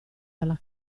dalla